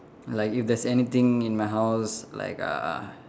like if there's anything in my house like uh